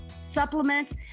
supplements